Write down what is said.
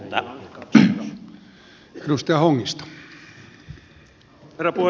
arvoisa herra puhemies